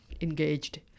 Engaged